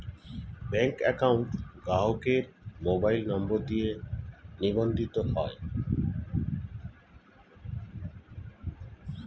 bank account গ্রাহকের mobile number দিয়ে নিবন্ধিত হয়